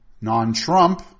non-trump